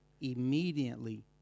immediately